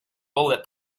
bullet